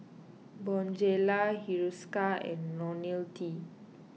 Bonjela Hiruscar and Ionil T